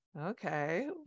Okay